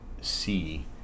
see